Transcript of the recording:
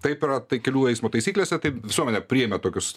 taip yra tai kelių eismo taisyklėse taip visuomenė priėmė tokius